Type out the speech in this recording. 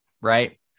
right